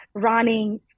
running